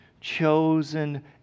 chosen